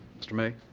mr. may.